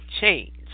change